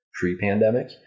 pre-pandemic